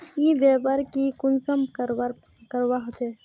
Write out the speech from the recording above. ई व्यापार की कुंसम करवार करवा होचे?